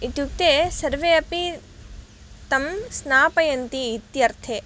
इत्युक्ते सर्वे अपि तं स्नापयन्ति इत्यर्थे